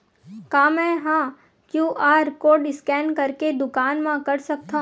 का मैं ह क्यू.आर कोड स्कैन करके दुकान मा कर सकथव?